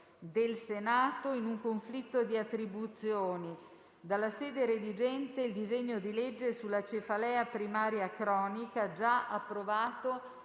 del Senato in un conflitto di attribuzioni; dalla sede redigente il disegno di legge sulla cefalea primaria cronica, già approvato